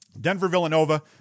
Denver-Villanova